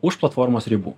už platformos ribų